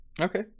Okay